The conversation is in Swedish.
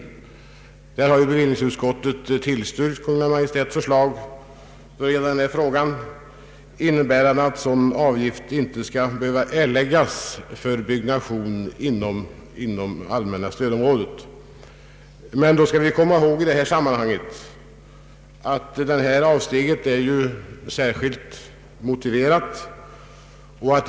På den punkten har ju bevillningsutskottet = tillstyrkt Kungl. Maj:ts förslag, innebärande att sådan avgift inte skall behöva erläggas för byggnation inom det allmänna stödområdet. Men då skall vi komma ihåg att detta avsteg är särskilt motiverat.